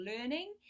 learning